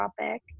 topic